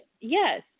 Yes